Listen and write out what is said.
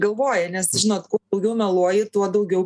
galvoja nes žinot kuo daugiau meluoji tuo daugiau